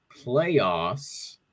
playoffs